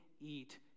eat